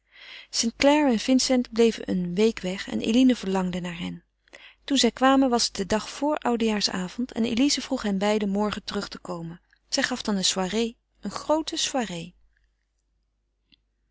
st clare en vincent bleven een week weg en eline verlangde naar hen toen zij kwamen was het de dag vor oudejaarsavond en elize vroeg hen beiden morgen terug te komen zij gaf dan eene soirée eene groote soirée